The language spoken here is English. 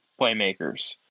playmakers